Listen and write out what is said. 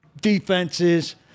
defenses